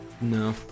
No